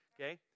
Okay